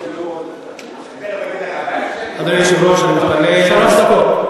אדוני היושב-ראש, אני מתפלא, שלוש דקות.